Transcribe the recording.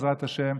בעזרת השם,